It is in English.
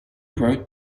wrote